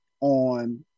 on